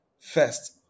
First